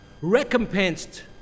recompensed